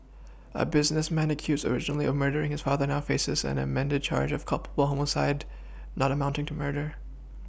a businessman accused originally of murdering his father now faces an amended charge of culpable homicide not amounting to murder